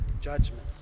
judgment